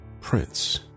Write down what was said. Prince